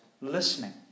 listening